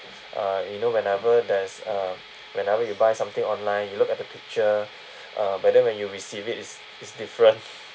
uh you know whenever there's uh whenever you buy something online you look at the picture uh but then when you receive it it's it's different